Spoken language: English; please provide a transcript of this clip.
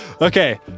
Okay